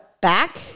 back